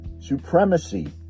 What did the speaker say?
supremacy